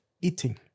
eating